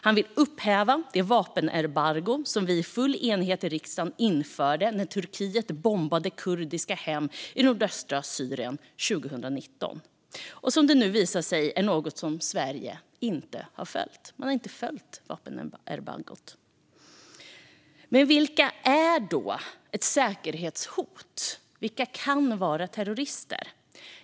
Han vill även upphäva det vapenembargo som vi i riksdagen i full enighet införde när Turkiet bombade kurdiska hem i nordöstra Syrien 2019 - och som det nu visar sig att Sverige inte har följt. Man har inte följt vapenembargot. Vilka är då ett säkerhetshot? Vilka kan vara terrorister?